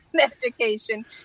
Education